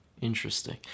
Interesting